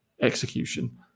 execution